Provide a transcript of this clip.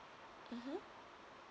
mmhmm